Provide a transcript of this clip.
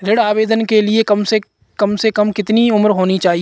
ऋण आवेदन के लिए कम से कम कितनी उम्र होनी चाहिए?